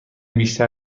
بیشتر